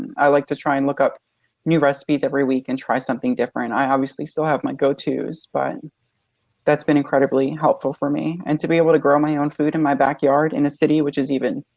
i like to try and look up new recipes every week and try something different. i obviously still have my go-tos but that's been incredibly helpful for me. and to be able to grow my own food in my backyard in a city which is even